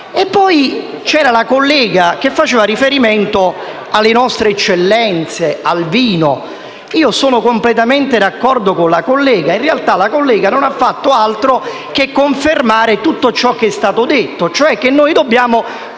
Poi c'era la collega che faceva riferimento alle nostre eccellenze, al vino: sono completamente d'accordo con lei, che non ha fatto altro che confermare tutto ciò che è stato detto, cioè che noi dobbiamo proteggere